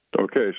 Okay